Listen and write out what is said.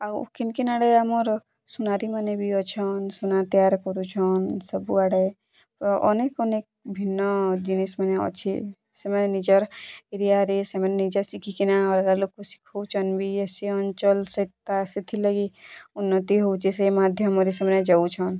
ଆଉ କେନ୍ କେନ୍ ଆଡ଼େ ଆମର୍ ସୁନାରୀମାନେ ବି ଅଛନ୍ ସୁନା ତିଆର କରୁଛନ୍ ସବୁ ଆଡ଼େ ଅ ଅନେକ୍ ଅନେକ୍ ଭିନ୍ନ ଜିନିଷ୍ମାନେ ଅଛି ସେମାନେ ନିଜର୍ ଏରିଆରେ ସେମାନେ ନିଜେ ଶିଖିକିନା ଅଲଗା ଲୋକକୁ ଶିଖଉଚନ୍ ବି ଏ ସେ ଅଞ୍ଚଲ୍ ସେ ତା ସେଥିର୍ଲାଗି ଉନ୍ନତି ହଉଛେ ସେ ମାଧ୍ୟମରେ ସେମାନେ ଯାଉଛନ୍